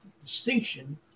distinction